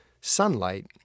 sunlight